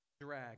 drag